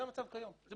זה בלתי אפשרי.